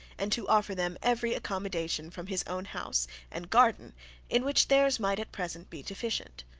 and to offer them every accommodation from his own house and garden in which theirs might at present be deficient.